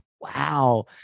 wow